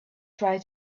try